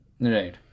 right